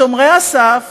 שומרי הסף